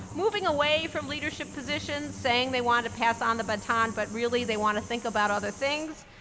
moving away from leadership positions saying they want to pass on the baton, but really they want to think about other things,